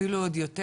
אפילו עוד יותר